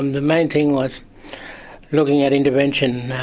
and the main thing was looking at intervention.